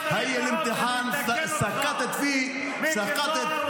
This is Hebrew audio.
שהשר הוא שר החינוך בלבד,